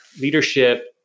leadership